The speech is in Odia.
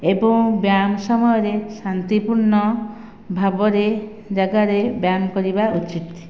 ଏବଂ ବ୍ୟାୟାମ ସମୟ ରେ ଶାନ୍ତିପୂର୍ଣ୍ଣ ଭାବରେ ଜାଗାରେ ବ୍ୟାୟାମ କରିବା ଉଚିତ